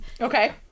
Okay